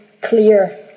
clear